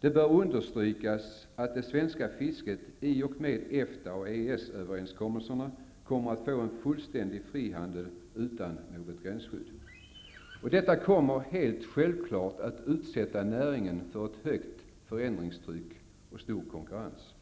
Det bör understrykas att det svenska fisket i och med Eftaoch EES överenskommelserna kommer att få en fullständig frihandel utan något gränsskydd. Detta kommer helt självklart att utsätta näringen för ett högt förändringstryck och stor konkurrens.